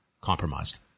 compromised